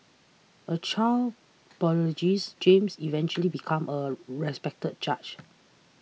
a child prodigies James eventually became a respected judge